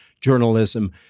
journalism